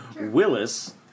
Willis